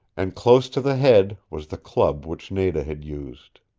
and close to the head was the club which nada had used.